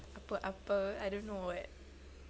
apa apa I don't know what